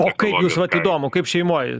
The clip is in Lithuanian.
o kaip jūs vat įdomu kaip šeimoj